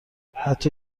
حتی